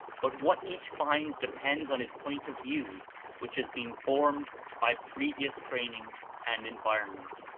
but what each finds depends on his point of view which has been formed by previous training and environment.